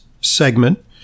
segment